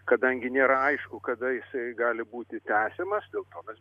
kadangi nėra aišku kada jisai gali būti tęsiamas dėl to mes